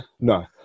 no